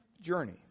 journey